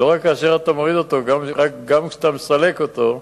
לא רק כאשר אתה מוריד אותו, גם כשאתה מסלק אותו,